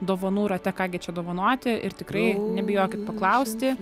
dovanų rate ką gi čia dovanoti ir tikrai nebijokit paklausti